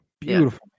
beautiful